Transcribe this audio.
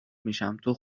میشم، تو